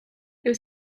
was